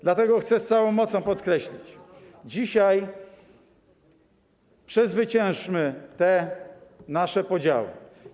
Dlatego chcę z całą mocą podkreślić: dzisiaj przezwyciężmy te nasze podziały.